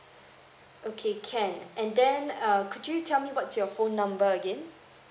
okay can and then uh could you tell me what's your phone number again